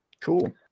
Cool